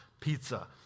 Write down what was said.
Pizza